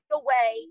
away